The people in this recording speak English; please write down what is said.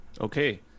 Okay